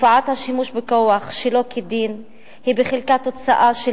תופעת השימוש בכוח שלא כדין היא בחלקה תוצאה של